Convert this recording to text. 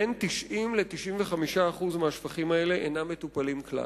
בין 90% ל-95% מהשפכים האלה אינם מטופלים כלל.